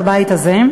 בבית הזה.